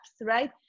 right